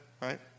right